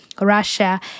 russia